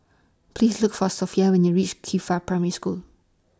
Please Look For Sophia when YOU REACH Qifa Primary School